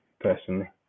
personally